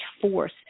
force